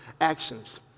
actions